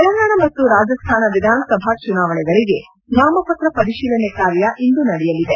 ತೆಲಂಗಾಣ ಮತ್ತು ರಾಜಸ್ಥಾನ ವಿಧಾನಸಭಾ ಚುನಾವಣೆಗಳಿಗೆ ನಾಮಪತ್ರ ಪರಿಶೀಲನೆ ಕಾರ್ಯ ಇಂದು ನಡೆಯಲಿದೆ